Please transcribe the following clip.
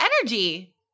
Energy